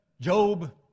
Job